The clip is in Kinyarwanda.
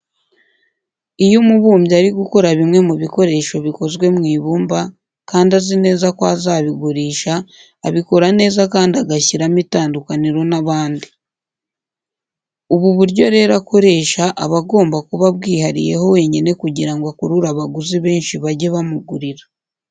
Iyo umubumbyi ari gukora bimwe mu bikoresho bikoze mu ibumba kandi azi neza ko azabigurisha, abikora neza kandi agashyiramo itandukaniro n'abandi. Ubu buryo rero akoresha aba agomba kuba abwihariyeho wenyine kugira ngo akurure abaguzi benshi bajye bamugurira.